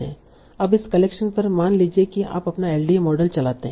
अब इस कलेक्शन पर मान लीजिए कि आप अपना एलडीए मॉडल चलाते हैं